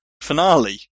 finale